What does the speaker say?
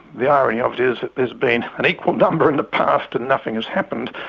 the irony of it is that there's been an equal number in the past and nothing has happened.